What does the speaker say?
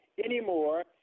Anymore